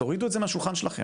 תורידו את זה מהשולחן שלכם,